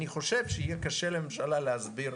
אני חושב שיהיה קשה לממשלה להסביר